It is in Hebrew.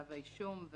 כתב האישום,